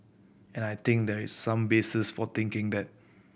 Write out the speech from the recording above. and I think there is some basis for thinking that